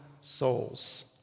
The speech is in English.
souls